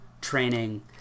training